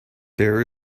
there